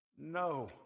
No